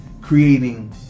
creating